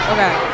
Okay